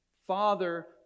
Father